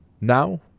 Now